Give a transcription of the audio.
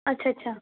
अच्छा अच्छा